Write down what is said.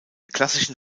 klassischen